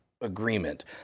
agreement